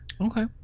okay